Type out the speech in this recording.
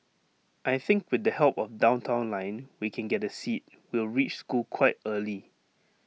I think with the help of downtown line we can get A seat we'll reach school quite early